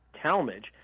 Talmadge